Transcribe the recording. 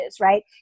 right